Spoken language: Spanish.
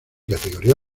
categoría